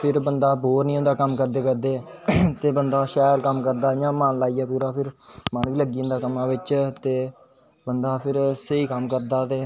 फिर बंदा बोर नेई होंदा कम्म करदे करदे ते बंदा शैल कम्म करदा इयां मन लाइयै पुरा फिर लग्गी जंदा कम्मा बिच ते बंदा फिर स्हेई कम करदा दे